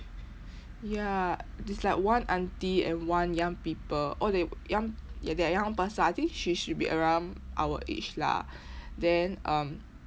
ya it's like one auntie and one young people oh the young that young person I think she should be around our age lah then um